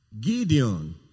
Gideon